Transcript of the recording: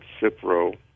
Cipro